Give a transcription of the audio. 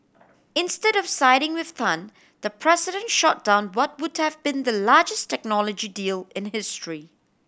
instead of siding with Tan the president shot down what would have been the largest technology deal in history